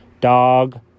Dog